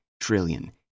trillion